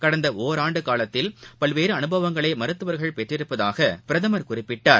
கடந்தஒராண்டுகாலத்தில் பல்வேறுஅனுபவங்களைமருத்துவர்கள் பெற்றிருப்பதாகபிரதமர் குறிப்பிட்டார்